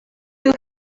who